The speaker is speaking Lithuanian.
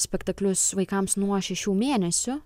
spektaklius vaikams nuo šešių mėnesių